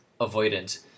avoidant